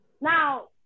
Now